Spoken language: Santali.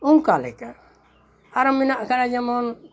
ᱚᱱᱠᱟ ᱞᱮ ᱟᱨᱚ ᱢᱮᱱᱟᱜ ᱟᱠᱟᱫᱟ ᱡᱮᱢᱚᱱ